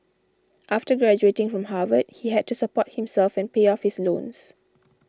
after graduating from Harvard he had to support himself and pay off his loans